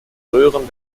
röhren